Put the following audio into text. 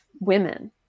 women